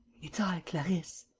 it's i, clarisse.